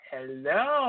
Hello